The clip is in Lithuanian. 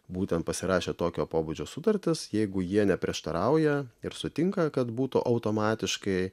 būtent pasirašę tokio pobūdžio sutartis jeigu jie neprieštarauja ir sutinka kad būtų automatiškai